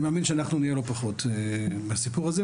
אני מאמין שאנחנו נהיה לא פחות בסיפור הזה,